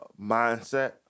mindset